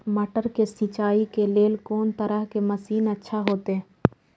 मटर के सिंचाई के लेल कोन तरह के मशीन अच्छा होते?